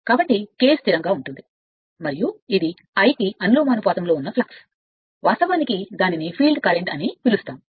కాబట్టి K స్థిరంగా ఉంటుంది మరియు ఇది I కి అనులోమానుపాతంలో ఉన్న ఫ్లక్స్ మరియు ఫ్లక్స్ వాస్తవానికి ఆ ఫీల్డ్ కరెంట్ అని పిలుస్తాము